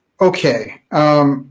Okay